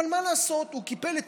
אבל מה לעשות, הוא קיבל את